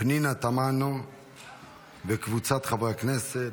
פנינה תמנו וקבוצת חברי הכנסת.